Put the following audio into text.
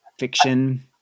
Fiction